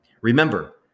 Remember